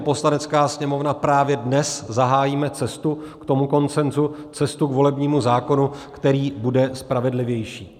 Poslanecká sněmovna právě dnes zahájíme cestu k tomu konsenzu, cestu k volebnímu zákonu, který bude spravedlivější.